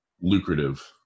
lucrative